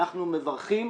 אנחנו מברכים,